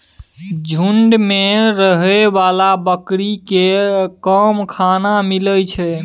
झूंड मे रहै बला बकरी केँ कम खाना मिलइ छै